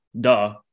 Duh